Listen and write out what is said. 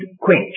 quench